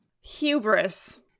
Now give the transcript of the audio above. Hubris